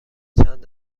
چند